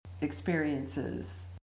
experiences